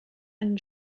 and